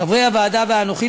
חברי הוועדה ואנוכי,